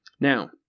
Now